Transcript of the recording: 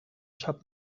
sap